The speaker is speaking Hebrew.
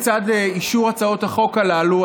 לצד אישור הצעות החוק הללו,